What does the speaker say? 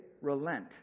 relent